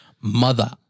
Mother